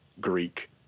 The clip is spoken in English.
Greek